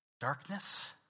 darkness